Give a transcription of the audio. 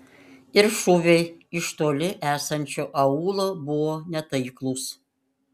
ir šūviai iš toli esančio aūlo buvo netaiklūs